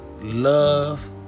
Love